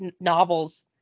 novels